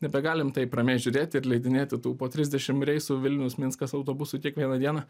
nebegalim taip ramiai žiūrėti ir įleidinėti tų po trisdešim reisų vilnius minskas autobusų kiekvieną dieną